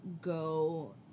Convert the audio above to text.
go